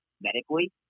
medically